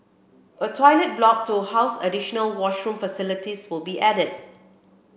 a toilet block to house additional washroom facilities will be added